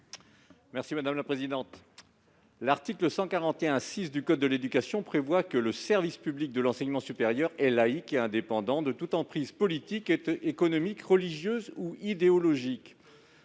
en contradiction avec l'article L. 141-6 du code de l'éducation :« Le service public de l'enseignement supérieur est laïque et indépendant de toute emprise politique, économique, religieuse ou idéologique.